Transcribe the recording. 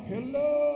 Hello